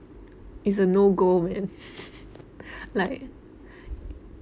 it's a no go man like